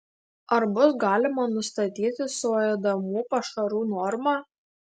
ar bus galima nustatyti suėdamų pašarų normą